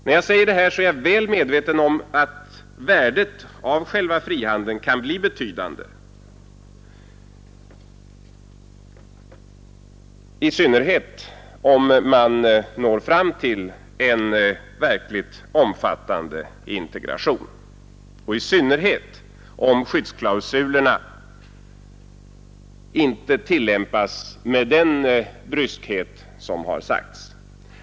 När jag säger detta är jag väl medveten om att värdet av själva frihandeln kan bli betydande, i synnerhet om man når fram till en verkligt omfattande integration och skyddsklausulerna inte tillämpas med den bryskhet som har nämnts.